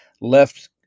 left